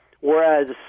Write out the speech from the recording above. Whereas